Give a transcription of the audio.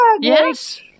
yes